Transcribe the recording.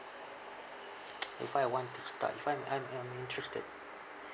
if I want to start if I'm I'm I'm interested